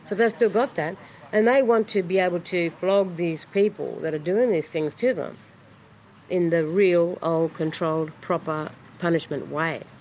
so they've still got that and they want to be able to flog these people that are doing these things to them in the real, old, controlled, proper punishment way.